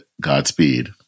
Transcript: Godspeed